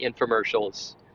infomercials